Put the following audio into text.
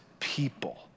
people